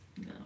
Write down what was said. No